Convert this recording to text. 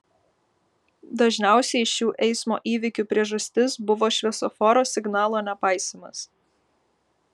dažniausiai šių eismo įvykių priežastis buvo šviesoforo signalo nepaisymas